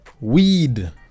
weed